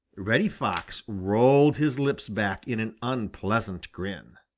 reddy fox rolled his lips back in an unpleasant grin.